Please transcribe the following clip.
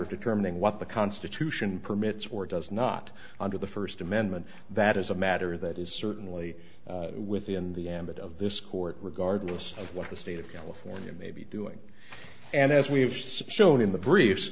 of determining what the constitution permits or does not under the first amendment that is a matter that is certainly within the ambit of this court regardless of what the state of california may be doing and as we've shown in the br